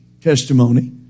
testimony